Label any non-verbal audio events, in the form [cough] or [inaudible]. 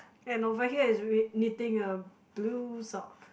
and over here is [noise] knitting a blue sock